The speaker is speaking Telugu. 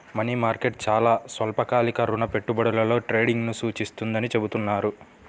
మనీ మార్కెట్ చాలా స్వల్పకాలిక రుణ పెట్టుబడులలో ట్రేడింగ్ను సూచిస్తుందని చెబుతున్నారు